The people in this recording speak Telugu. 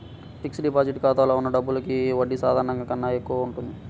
ఫిక్స్డ్ డిపాజిట్ ఖాతాలో ఉన్న డబ్బులకి వడ్డీ సాధారణం కన్నా ఎక్కువగా ఉంటుంది